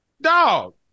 Dog